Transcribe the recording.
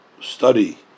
study